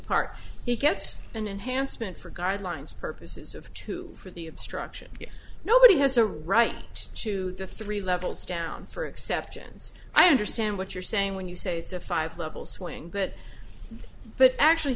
apart he gets an enhancement for guidelines purposes of two for the obstruction nobody has a right to the three levels down for exceptions i understand what you're saying when you say it's a five levels wing it but actually